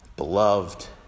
Beloved